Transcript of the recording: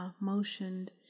motioned